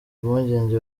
impungenge